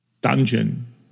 dungeon